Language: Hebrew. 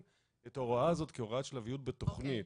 את ההוראה הזאת כהוראת שלביות בתכנית,